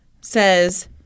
says